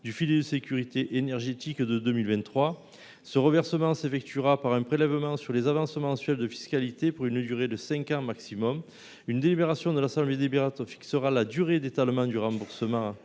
du filet de sécurité. Ce reversement s’effectuera par un prélèvement sur les avances mensuelles de fiscalité, sur une durée de cinq ans maximum. Une délibération de l’assemblée délibérante fixera la durée d’étalement du remboursement